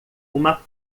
uma